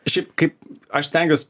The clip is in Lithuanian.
šiaip kaip aš stengiuos